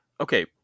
Okay